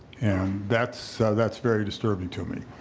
and that's that's very disturbing to me.